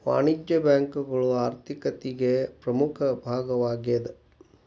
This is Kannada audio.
ವಾಣಿಜ್ಯ ಬ್ಯಾಂಕುಗಳು ಆರ್ಥಿಕತಿಗೆ ಪ್ರಮುಖ ಭಾಗವಾಗೇದ